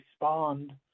respond